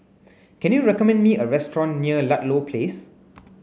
can you recommend me a restaurant near Ludlow Place